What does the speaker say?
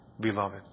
beloved